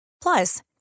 Plus